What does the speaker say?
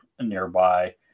nearby